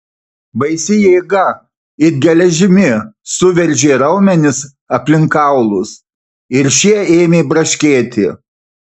baisi jėga it geležimi suveržė raumenis aplink kaulus ir šie ėmė braškėti